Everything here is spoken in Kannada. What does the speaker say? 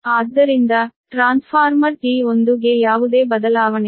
ಆದ್ದರಿಂದ ಟ್ರಾನ್ಸ್ಫಾರ್ಮರ್ T1 ಗೆ ಯಾವುದೇ ಬದಲಾವಣೆಯಿಲ್ಲ